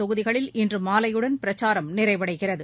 தொகுதிகளில் இன்று மாலையுடன் பிரச்சாரம் நிறைவடைகிறது